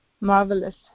Marvelous